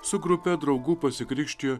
su grupe draugų pasikrikštijo